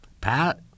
Pat